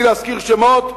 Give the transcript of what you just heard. בלי להזכיר שמות,